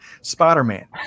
Spider-Man